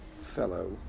fellow